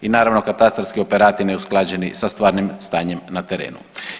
I naravno katastarski operati neusklađeni sa stvarnim stanjem na terenu.